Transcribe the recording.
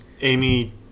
Amy